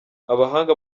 abahanga